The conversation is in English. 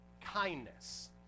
kindness